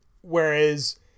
Whereas